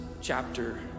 chapter